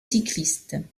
cyclistes